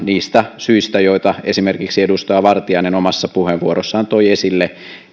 niistä syistä joita esimerkiksi edustaja vartiainen omassa puheenvuorossaan toi esille